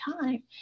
time